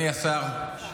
השר,